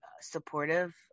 supportive